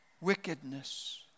wickedness